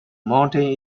mountain